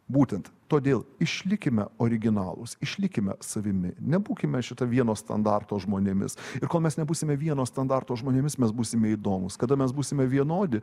būtent todėl išlikime originalūs išlikime savimi nebūkime šito vieno standarto žmonėmis ir kol mes nebūsime vieno standarto žmonėmis mes būsime įdomūs kada mes būsime vienodi